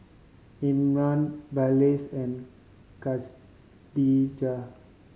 Imran Balqis and Khadija